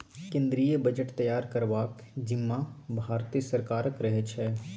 केंद्रीय बजट तैयार करबाक जिम्माँ भारते सरकारक रहै छै